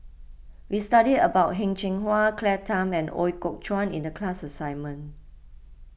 we studied about Heng Cheng Hwa Claire Tham and Ooi Kok Chuen in the class assignment